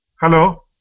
Hello